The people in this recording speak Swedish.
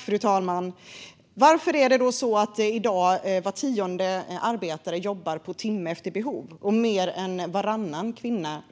Fru talman! Varför arbetar i dag var tionde arbetare på timme efter behov, och varför är mer än varannan kvinna